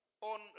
on